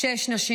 שש נשים,